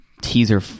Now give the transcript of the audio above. teaser